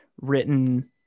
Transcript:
written